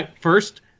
First